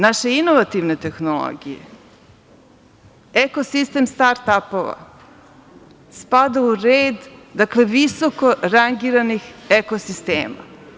Naše inovativne tehnologije, ekosistem start-apova spada u red visoko rangiranih ekosistema.